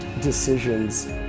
decisions